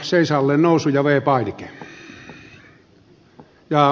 seisaalleen nousu ja v painike